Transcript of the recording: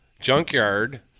Junkyard